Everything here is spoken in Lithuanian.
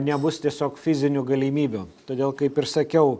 nebus tiesiog fizinių galimybių todėl kaip ir sakiau